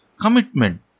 commitment